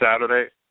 Saturday